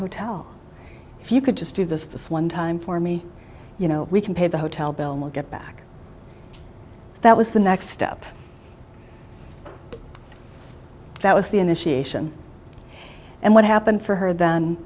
hotel if you could just do this this one time for me you know we can pay the hotel bill will get back that was the next step that was the initiation and what happened for her th